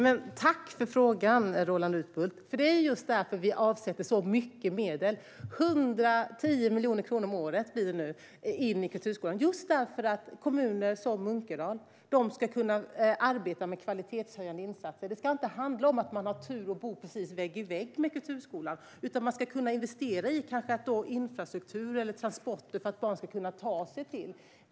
Herr talman! Tack för frågan, Roland Utbult! Det är just därför vi avsätter så mycket medel. Det blir nu 110 miljoner kronor om året till kulturskolan, just för att kommuner som Munkedal ska kunna arbeta med kvalitetshöjande insatser. Det ska inte handla om att man har turen att bo vägg i vägg med kulturskolan, utan det ska gå att investera i kanske infrastruktur eller transporter för att barn ska kunna ta sig dit.